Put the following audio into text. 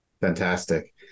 fantastic